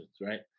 right